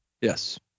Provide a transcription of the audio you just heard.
Yes